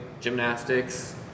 gymnastics